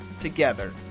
together